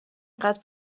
قدر